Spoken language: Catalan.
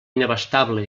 inabastable